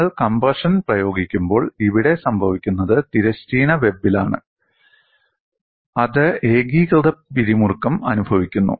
നിങ്ങൾ കംപ്രഷൻ പ്രയോഗിക്കുമ്പോൾ ഇവിടെ സംഭവിക്കുന്നത് തിരശ്ചീന വെബിലാണ് അത് ഏകീകൃത പിരിമുറുക്കം അനുഭവിക്കുന്നു